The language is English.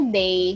day